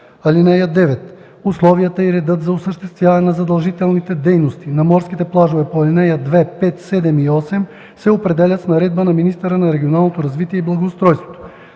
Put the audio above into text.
и 11: „(9) Условията и редът за осъществяване на задължителните дейности на морските плажове по ал. 2, 5, 7 и 8 се определят с наредба на министъра на регионалното развитие и благоустройството.